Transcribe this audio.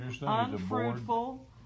unfruitful